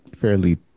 fairly